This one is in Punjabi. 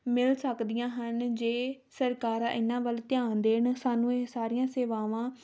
ਮਿਲ ਸਕਦੀਆਂ ਹਨ ਜੇ ਸਰਕਾਰਾਂ ਇਹਨਾਂ ਵੱਲ ਧਿਆਨ ਦੇਣ ਸਾਨੂੰ ਇਹ ਸਾਰੀਆਂ ਸੇਵਾਵਾਂ